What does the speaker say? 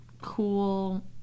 cool